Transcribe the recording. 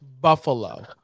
Buffalo